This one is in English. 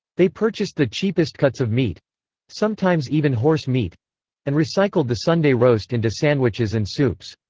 they purchased the cheapest cuts of meat sometimes even horse meat and recycled the sunday roast into sandwiches and soups.